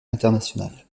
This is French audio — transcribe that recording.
international